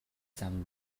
зам